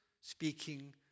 speaking